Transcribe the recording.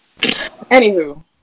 Anywho